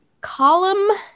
Column